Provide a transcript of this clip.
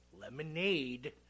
lemonade